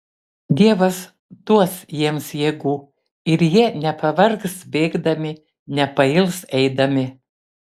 dievas duos jiems jėgų ir jie nepavargs bėgdami nepails eidami